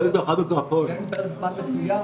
אין פרק מסוים